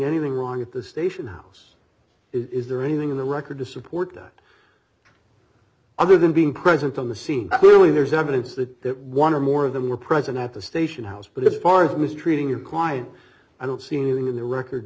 anything wrong at the station house is there anything in the record to support that other than being present on the scene only there's evidence that that one or more of them were present at the station house but if part of me is treating your client i don't see anything in the record